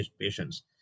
patients